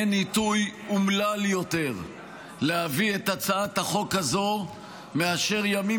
אין עיתוי אומלל יותר להביא את הצעת החוק הזאת מאשר ימים